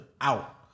out